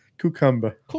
Cucumber